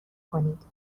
کنید